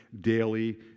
daily